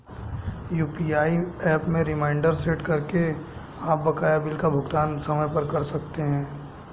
UPI app में reminder set करके आप बकाया बिल का भुगतान समय पर कर सकते हैं